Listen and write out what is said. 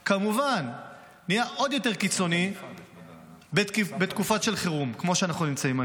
כמובן נהיה עוד יותר קיצוני בתקופה של חירום כמו שאנחנו נמצאים היום.